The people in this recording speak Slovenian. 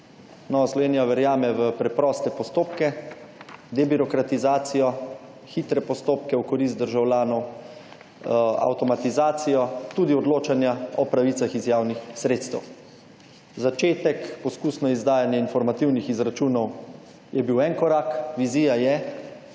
Slovenija verjame v preproste postopke, debirokratizacijo, hitre postopke v korist državljanov, avtomatizacijo, tudi odločanja o pavicah iz javnih sredstev. Začetek, poskusno izdajanje informativnih izračunov je bil en korak. Vizija je